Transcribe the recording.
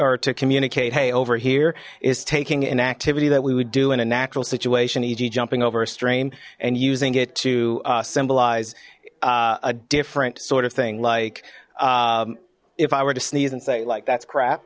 or to communicate hey over here is taking an activity that we would do in a natural situation eg jumping over a stream and using it to symbolize a different sort of thing like if i were to sneeze and say like that's crap